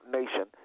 nation